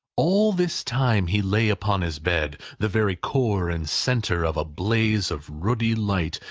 all this time, he lay upon his bed, the very core and centre of a blaze of ruddy light,